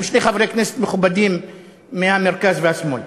שני חברי כנסת מכובדים מהמרכז והשמאל.